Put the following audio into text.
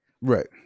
Right